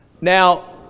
Now